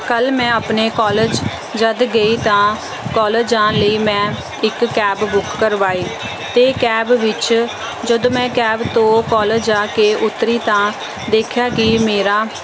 ਕੱਲ ਮੈਂ ਆਪਣੇ ਕਾਲਜ ਜਦ ਗਈ ਤਾਂ ਕਾਲਜ ਜਾਣ ਲਈ ਮੈਂ ਇੱਕ ਕੈਬ ਬੁੱਕ ਕਰਵਾਈ ਅਤੇ ਕੈਬ ਵਿੱਚ ਜਦੋਂ ਮੈਂ ਕੈਬ ਤੋਂ ਕਾਲਜ ਜਾ ਕੇ ਉੱਤਰੀ ਤਾਂ ਦੇਖਿਆ ਕਿ ਮੇਰਾ